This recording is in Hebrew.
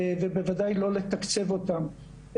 ובוודאי לא לתקצב אותן.